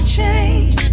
change